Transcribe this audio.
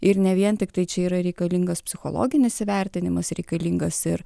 ir ne vien tiktai čia yra reikalingas psichologinis įvertinimas reikalingas ir